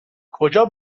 کجا